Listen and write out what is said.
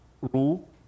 rule